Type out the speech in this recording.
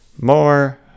More